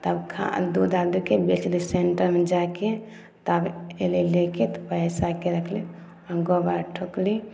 तब खा आर दूध आर लेके बेच देब सेंटरमे जाके तब अयलै लेके तब पैसाके रखली फेर गोबर ठोकली